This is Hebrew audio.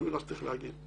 זאת אמירה שצריך להגיד.